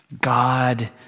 God